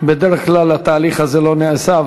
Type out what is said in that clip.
בדרך כלל התהליך הזה לא נעשה,